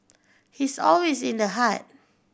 he's always in the heart